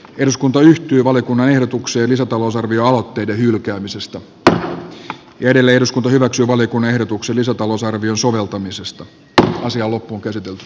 eduskunta yhtyi valiokunnan ehdotukseen lisätalousarvio otteiden hylkäämisestä tää yhdelle eduskunta hyväksyy valiokunnan ehdotuksen lisätalousarvion soveltamisesta tätä asiaa loppuunkäsitelty